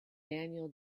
daniel